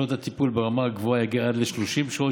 מספר שעות הטיפול ברמה הגבוהה יגיע עד 30 שעות